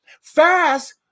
Fast